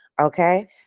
okay